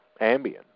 Ambien